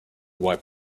wipe